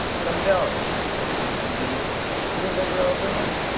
come down, he called, and be eaten you remember our agreement?